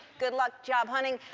good luck job hunting.